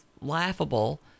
laughable